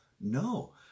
No